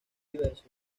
diversos